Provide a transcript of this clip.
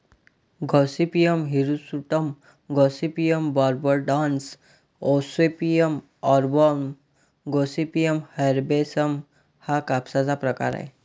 Gossypium हिरसुटम, गॉसिपियम बार्बाडान्स, ओसेपियम आर्बोरम, गॉसिपियम हर्बेसम हा कापसाचा प्रकार आहे